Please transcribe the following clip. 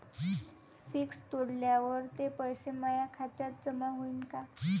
Fix तोडल्यावर ते पैसे माया खात्यात जमा होईनं का?